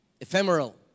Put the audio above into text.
ephemeral